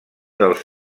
dels